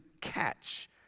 catch